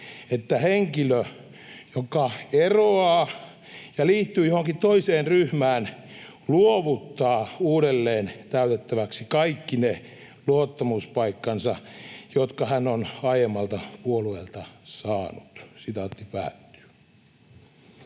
että henkilö, joka eroaa ja liittyy johonkin toiseen ryhmään, luovuttaa uudelleen täytettäväksi kaikki ne luottamuspaikkansa, jotka hän on aiemmalta puolueelta saanut.” Siis